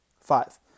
Five